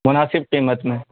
مناسب قیمت میں